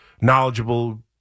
knowledgeable